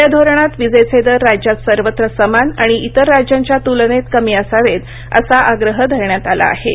नव्या धोरणात वीजेचे दर राज्यात सर्वत्र समान आणि इतर राज्यांच्या तुलनेत कमी असावेत असा आग्रह धरण्यात आला आहे